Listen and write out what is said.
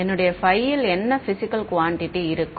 என்னுடைய phi ல் என்ன பிஸிக்கல் குவான்டிட்டி இருக்கும்